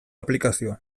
aplikazioan